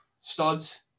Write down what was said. studs